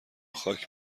خاک